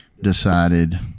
decided